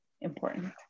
important